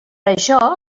això